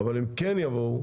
אבל הם כן יבואו